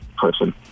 person